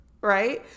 Right